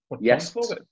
yes